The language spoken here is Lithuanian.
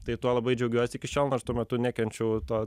tai tuo labai džiaugiuosi iki šiol nors tuo metu nekenčiau to